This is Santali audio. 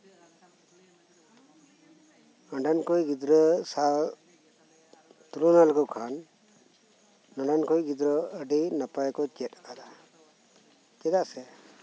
ᱚᱸᱰᱮᱱ ᱠᱚ ᱜᱤᱫᱽᱨᱟᱹ ᱥᱟᱶ ᱛᱩᱞᱚᱱᱟ ᱞᱮᱠᱚ ᱠᱷᱟᱱ ᱱᱚᱸᱰᱮᱱ ᱠᱚ ᱜᱤᱫᱽᱨᱟᱹ ᱟᱹᱰᱤ ᱱᱟᱯᱟᱭ ᱠᱚ ᱪᱮᱫ ᱟᱠᱟᱫᱟ ᱪᱮᱫᱟᱜ ᱥᱮ